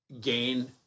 gain